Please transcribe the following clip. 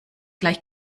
gleich